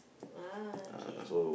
uh K